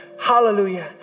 Hallelujah